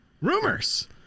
Rumors